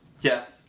Yes